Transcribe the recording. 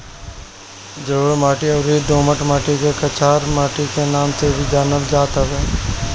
जलोढ़ माटी अउरी दोमट माटी के कछार माटी के नाम से भी जानल जात हवे